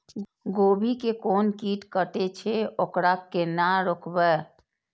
गोभी के कोन कीट कटे छे वकरा केना रोकबे?